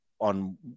on